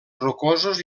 rocosos